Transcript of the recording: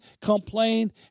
complain